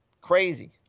Crazy